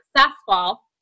successful